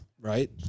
right